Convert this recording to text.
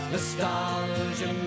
Nostalgia